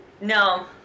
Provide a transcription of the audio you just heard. No